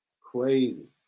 Crazy